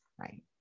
right